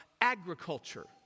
agriculture